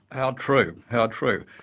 how true, how true.